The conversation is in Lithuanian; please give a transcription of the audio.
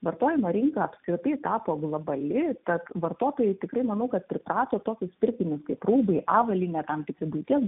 vartojimo rinka apskritai tapo globali tad vartotojai tikrai manau kad priprato tokius pirkinius kaip rūbai avalynė tam tikri buities